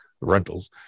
rentals